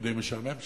כי משעמם שם.